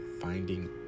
finding